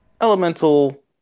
elemental